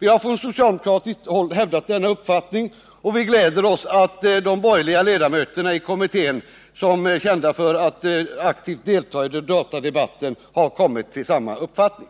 Vi har från socialdemokratiskt håll hävdat denna uppfattning, och vi gläder oss åt att de borgerliga ledamöterna i kommittén, som är kända för att aktivt delta i datadebatten, har kommit till samma uppfattning.